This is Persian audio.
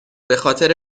بخاطر